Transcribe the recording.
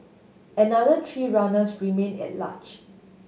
another three runners remain at large